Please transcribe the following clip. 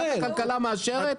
הכלכלה מאשרת.